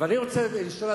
אבל אני רוצה לשאול,